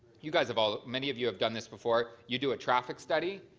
you guys have all many of you have done this before you do a traffic study,